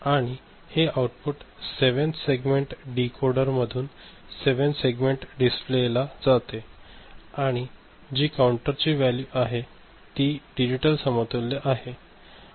आणि हे output 7 segment decoder मधुन 7 सेगमेंट डिस्प्ले ला जाते आणि जी काउंटर ची वॅल्यू आहे जी डिजिटल समतुल्य आहे